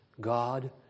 God